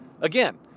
again